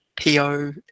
po